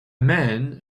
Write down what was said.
man